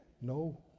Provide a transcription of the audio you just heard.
No